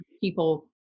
people